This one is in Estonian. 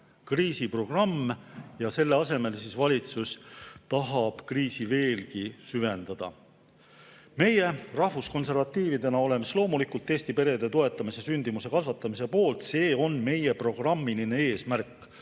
kriisiprogramm, aga selle asemel tahab valitsus kriisi veelgi süvendada. Meie rahvuskonservatiividena oleme loomulikult Eesti perede toetamise ja sündimuse kasvatamise poolt. See on meie programmiline eesmärk